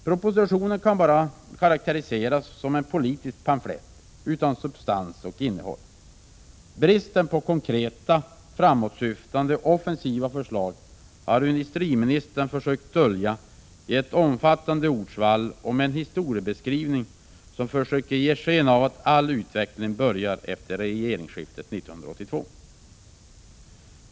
Propositionen kan bara karakteriseras som en politisk pamflett utan substans och innehåll. Bristen på konkreta, framåtsyftande och offensiva förslag har industriministern försökt dölja i ett omfattande ordsvall och med en historieskrivning som försöker ge sken av att all utveckling börjar efter regeringsskiftet 1982.